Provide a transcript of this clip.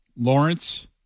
Lawrence